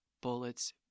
bullets